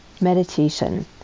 meditation